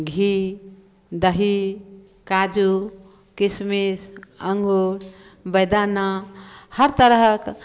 घी दही काजू किशमिश अंगूर बैदाना हर तरहक